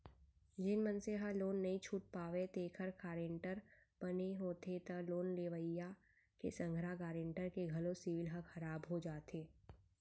जेन मनसे ह लोन नइ छूट पावय तेखर गारेंटर बने होथे त लोन लेवइया के संघरा गारेंटर के घलो सिविल ह खराब हो जाथे